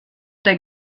der